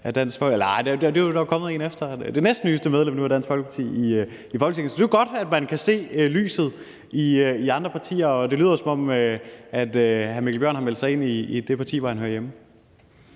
Det er jo godt, at man kan se lyset i andre partier, og det lyder, som om hr. Mikkel Bjørn har meldt sig ind i det parti, hvor han hører hjemme.